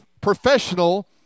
professional